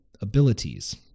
abilities